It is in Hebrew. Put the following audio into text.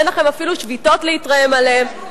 אין לכם אפילו שביתות להתרעם עליהן.